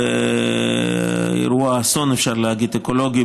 אירוע האסון האקולוגי,